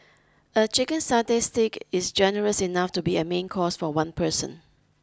a chicken satay stick is generous enough to be a main course for one person